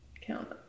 count